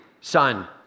son